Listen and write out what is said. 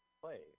play